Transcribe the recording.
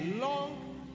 long